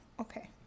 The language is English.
okay